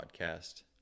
podcast